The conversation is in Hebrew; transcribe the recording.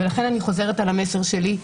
ולכן אני חוזרת על המסר שלי,